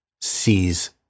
sees